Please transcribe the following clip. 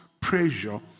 pressure